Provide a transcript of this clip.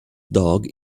dog